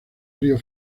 río